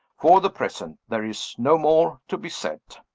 for the present, there is no more to be said.